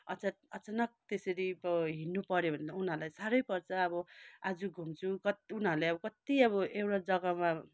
अचक अचानक त्यसरी प हिँड्नु पर्यो भने त उनीहरूलाई साह्रै पर्छ अब आज घुम्छु कत् उनीहरूले अब कति अब एउटा जगामा